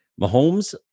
Mahomes